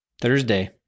Thursday